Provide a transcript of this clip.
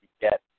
get